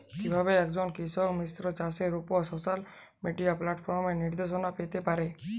কিভাবে একজন কৃষক মিশ্র চাষের উপর সোশ্যাল মিডিয়া প্ল্যাটফর্মে নির্দেশনা পেতে পারে?